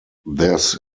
this